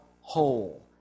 whole